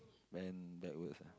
bend backwards ah